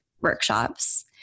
workshops